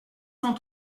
cent